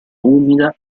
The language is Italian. umida